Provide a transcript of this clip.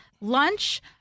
lunch